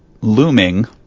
looming